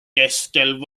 keskel